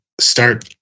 start